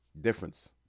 Difference